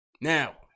Now